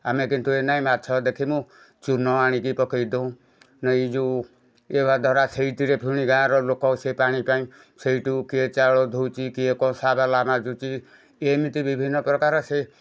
ଆମେ କିନ୍ତୁ ଏଇନାଗି ମାଛ ଦେଖିମୁ ଚୂନ ଆଣିକି ପକେଇ ଦେଉ ନାଇଁ ଯେଉଁ ଇଏ ହବା ଦ୍ୱାରା ସେଇଥିରେ ପୁଣି ଗାଁର ଲୋକ ସେଇ ପାଣି ପାଇଁ ସେଇଟୁ କିଏ ଚାଉଳ ଧୋଉଛି କିଏ କଂସାବେଲା ମାଜୁଛି ଏଇମିତି ବିଭିନ୍ନ ପ୍ରକାର ସେ